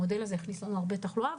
המודל הזה הכניס לנו הרבה תחלואה.